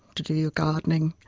to do your gardening,